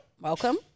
Welcome